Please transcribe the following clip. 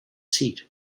seat